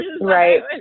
Right